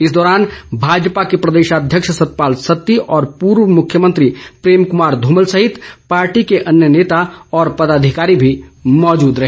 इस दौरान भाजपा के प्रदेशाध्या सतपाल सत्ती और पूर्व मुख्यमंत्री प्रेम कुमार धूमल सहित पार्टी के अन्य नेता और पदाधिकारी भी मौजूद रहे